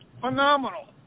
phenomenal